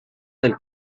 del